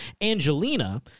Angelina